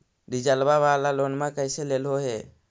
डीजलवा वाला लोनवा कैसे लेलहो हे?